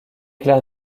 clair